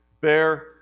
bear